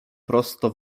prosto